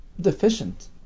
deficient